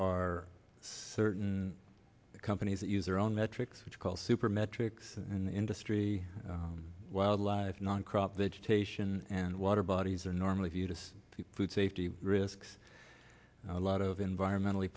are certain companies that use their own metrics which call super metrics and industry wildlife non crop vegetation and water bodies are normally viewed as food safety risks a lot of environmentally